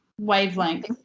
wavelength